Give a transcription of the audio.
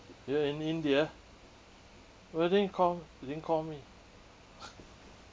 you're in india why didn't call you didn't call me